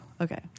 Okay